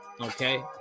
Okay